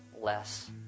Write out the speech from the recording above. less